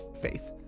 faith